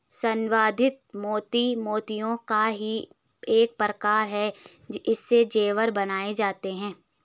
संवर्धित मोती मोतियों का ही एक प्रकार है इससे जेवर बनाए जाते हैं